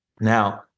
Now